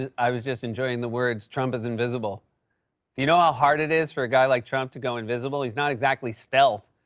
and i was just enjoying enjoying the words trump is invisible. do you know how hard it is for a guy like trump to go invisible? he's not exactly stealth.